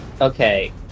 okay